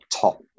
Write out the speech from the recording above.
top